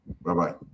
Bye-bye